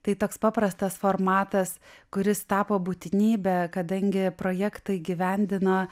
tai toks paprastas formatas kuris tapo būtinybe kadangi projektą įgyvendina